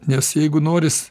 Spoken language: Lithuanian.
nes jeigu noris